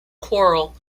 quarrel